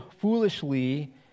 foolishly